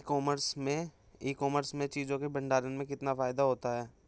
ई commerce में चीज़ों के भंडारण में कितना फायदा होता है?